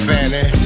Fanny